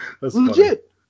Legit